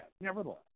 nevertheless